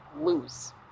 lose